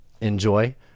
enjoy